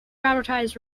advertise